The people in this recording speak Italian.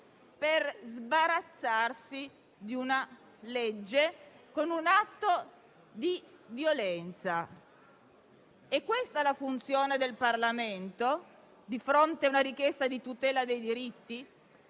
per sbarazzarsi di una legge con un atto di violenza. È questa la funzione del Parlamento di fronte a una richiesta di tutela dei diritti?